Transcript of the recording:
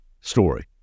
story